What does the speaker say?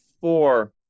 four